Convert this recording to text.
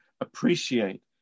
appreciate